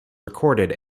recorded